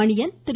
Maniyan Thiru